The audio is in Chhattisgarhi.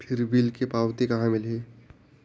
फिर बिल के पावती कहा मिलही?